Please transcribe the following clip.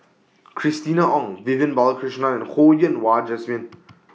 Christina Ong Vivian Balakrishnan and Ho Yen Wah Jesmine